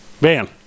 Man